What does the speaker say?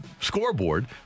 scoreboard